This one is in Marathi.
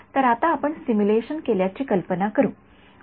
तर आता आपण सिमुलेशन केल्याची कल्पना करू या